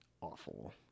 awful